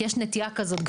כי יש נטייה כזאת.